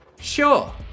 sure